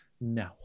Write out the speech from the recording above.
No